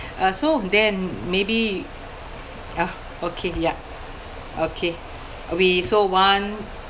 uh so then maybe ya okay ya okay we so one